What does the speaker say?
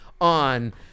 on